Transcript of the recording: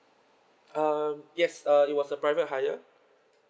um yes uh it was a private hire